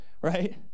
right